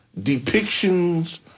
depictions